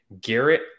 garrett